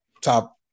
top